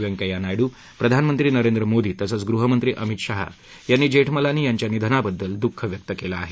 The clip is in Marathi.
व्यंकय्या नायडू प्रधानमंत्री नरेंद्र मोदी तसंच गृहमंत्री अमित शहा यांनी जेठमलानी यांच्या निधनाबद्दल दुःख व्यक्त केलं आहे